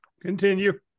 Continue